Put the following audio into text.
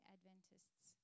Adventists